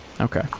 Okay